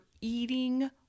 eating